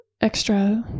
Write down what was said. extra